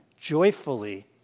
joyfully